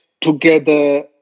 together